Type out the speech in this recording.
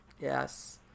Yes